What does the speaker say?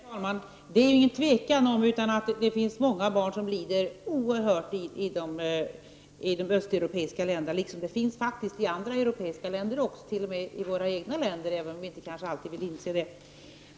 Herr talman! Det är inget tvivel om att det finns många barn som lider oerhört i de östeuropeiska länderna liksom det finns det också i andra europeiska länder, t.o.m. i vårt land, även om vi kanske inte alltid vill inse det.